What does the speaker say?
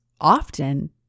often